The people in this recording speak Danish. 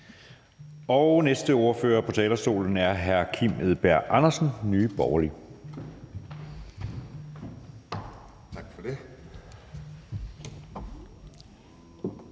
Den næste ordfører på talerstolen er hr. Kim Edberg Andersen, Nye Borgerlige.